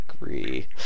agree